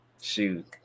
shoot